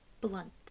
blunt